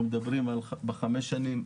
אנחנו מדברים בחמש שנים,